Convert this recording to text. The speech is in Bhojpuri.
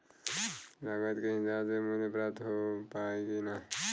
लागत के हिसाब से मूल्य प्राप्त हो पायी की ना?